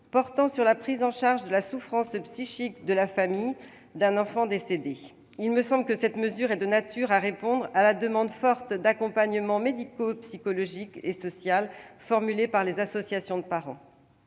portant sur la prise en charge de la souffrance psychique de la famille d'un enfant décédé. Il me semble que cette mesure est de nature à répondre à la demande forte d'accompagnement médico-social et psychologique formulée par les associations de parents.